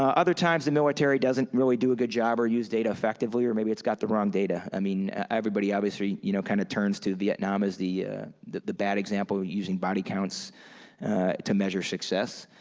um other times the military doesn't really do a good job or use data effectively or maybe it's got the wrong data. i mean, everybody obviously you know kind of turns to vietnam as the the bad example of using body counts to measure success.